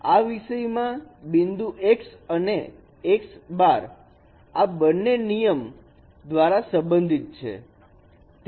આ વિષય માં આ બિંદુ x અને x' આ બંને નિયમ દ્વારા સંબંધિત છે